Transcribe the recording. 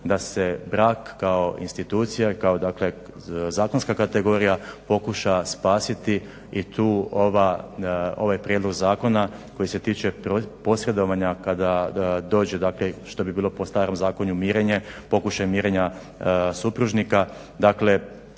da se brak kao institucija i kao dakle zakonska kategorija pokuša spasiti i tu ovaj prijedlog zakona koji se tiče posredovanja kada dođe dakle što bi bilo po starom zakonu mirenje, pokušaj mirenja supružnika,